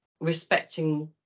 respecting